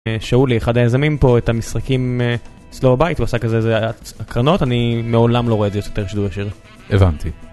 שאולי, אחד היזמים פה את המשחקים סלובייט ועושה כזה עקרנות, אני מעולם לא רואה את זה יותר שידור ישיר. הבנתי.